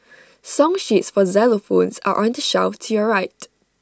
song sheets for xylophones are on the shelf to your right